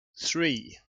three